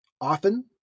often